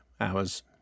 hours